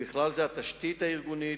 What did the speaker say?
ובכלל זה התשתית הארגונית,